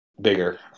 bigger